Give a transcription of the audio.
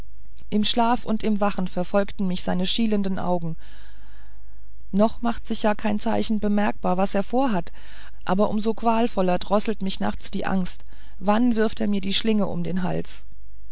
im schlaf und im wachen verfolgten mich seine schielenden augen noch macht sich ja kein zeichen bemerkbar was er vorhat aber um so qualvoller drosselt mich nachts die angst wann wirft er mir die schlinge um den hals